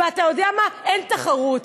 ואתה יודע מה, אין תחרות: